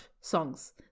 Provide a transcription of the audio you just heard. songs